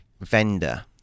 vendor